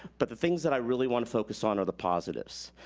but the things that i really wanna focus on are the positives.